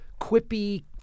quippy